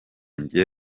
jye